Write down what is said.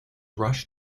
rushed